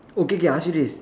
okay K I ask you this